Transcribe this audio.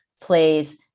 plays